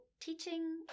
teaching